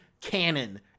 canon